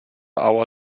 hour